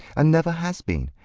and never has been.